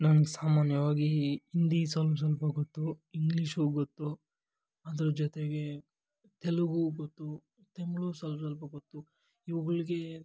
ನನಗೆ ಸಾಮಾನ್ಯವಾಗಿ ಹಿಂದಿ ಸ್ವಲ್ಪ ಸ್ವಲ್ಪ ಗೊತ್ತು ಇಂಗ್ಲೀಷು ಗೊತ್ತು ಅದ್ರ ಜೊತೆಗೆ ತೆಲುಗು ಗೊತ್ತು ತಮಿಳ್ ಸ್ವಲ್ಪ ಸ್ವಲ್ಪ ಗೊತ್ತು ಇವುಗಳಿಗೆ